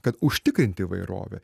kad užtikrint įvairovę